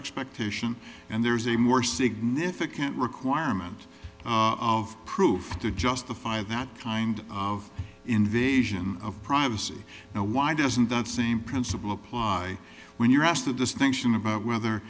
expectation and there's a more significant requirement of proof to justify that kind of invasion of privacy and why doesn't that same principle apply when you're asked the distinction about whether